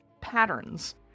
patterns